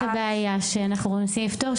להלן תרגומם: זאת הבעיה שאנחנו מנסים לפתור,